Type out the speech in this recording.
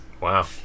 Wow